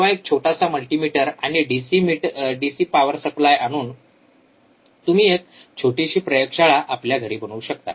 किंवा एक छोटासा मल्टीमीटर आणि डिसी पॉवर सप्लाय आणून तुम्ही एक छोटीशी प्रयोगशाळा आपल्या घरी बनवू शकता